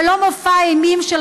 ולא מופע אימים, תודה רבה.